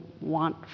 want